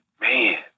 man